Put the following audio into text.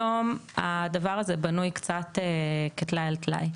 היום, הדבר הזה בנוי קצת כטלאי על טלאי.